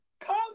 Come